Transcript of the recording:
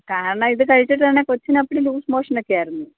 കാരണം ഇത് കഴിച്ചിട്ടാണേൽ കൊച്ചിന് അപ്പടി ലൂസ് മോഷനെക്കെ ആയിരുന്നു